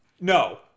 no